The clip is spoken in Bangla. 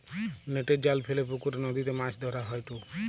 নেটের জাল ফেলে পুকরে, নদীতে মাছ ধরা হয়ঢু